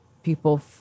people